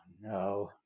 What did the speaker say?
no